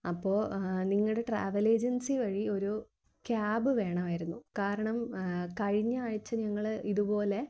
അപ്പോൾ നിങ്ങളുടെ travel agency വഴി ഒരു ക്യാബ് വേണമായിരുന്നു കാരണം കഴിഞ്ഞ ആഴ്ച്ച ഞങ്ങൾ ഇതുപോലെ